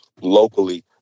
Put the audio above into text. locally